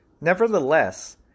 Nevertheless